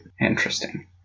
Interesting